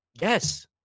Yes